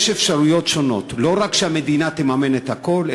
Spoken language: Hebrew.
יש אפשרויות שונות: לא רק שהמדינה תממן את הכול,